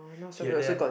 hear that